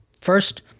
first